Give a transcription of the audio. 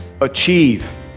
achieve